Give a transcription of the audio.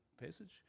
passage